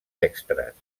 extres